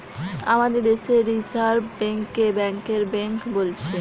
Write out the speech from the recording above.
আমাদের দেশে reserve bank কে ব্যাংকের বেঙ্ক বোলছে